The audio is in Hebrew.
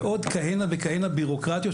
ועוד כהנה וכהנה בירוקרטיות,